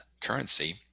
currency